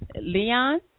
Leon